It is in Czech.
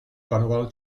panoval